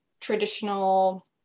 traditional